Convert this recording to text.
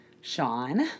Sean